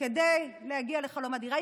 כדי להגיע לחלום הדירה.